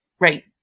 Right